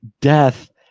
death